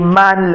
man